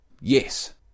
Yes